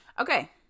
Okay